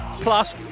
Plus